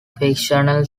fictional